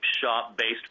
shop-based